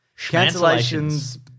Cancellations